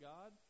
God